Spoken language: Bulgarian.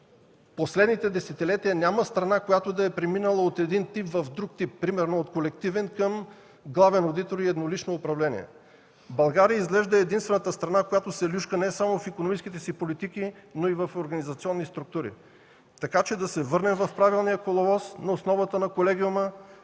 последните десетилетия няма страна, която да е преминала от един тип в друг тип, примерно от колективен към главен одитор и еднолично управление. България е изглежда единствената страна, която се люшка не само в икономическите политики, но и в организационни структури. Така че да се върнем в правилния коловоз на основата на колегиума,